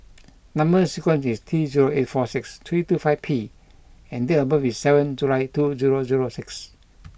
number sequence is T zero eight four six three two five P and date of birth is seventh July two zero zero six